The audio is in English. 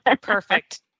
Perfect